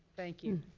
thank you.